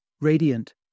radiant